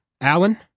Alan